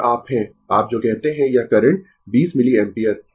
और आप है आप जो कहते है यह करंट 20 मिलिएम्पियर